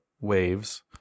waves